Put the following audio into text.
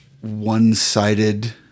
One-sided